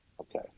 Okay